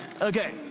Okay